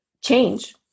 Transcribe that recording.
change